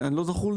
לא זכור לי.